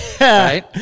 Right